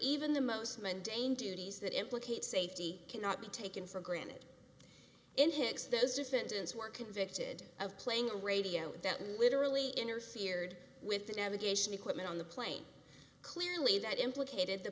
even the most mundane duties that implicate safety cannot be taken for granted in hicks those defendants were convicted of playing a radio that literally interfered with the navigation equipment on the plane clearly that implicated the